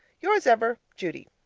yours ever, judy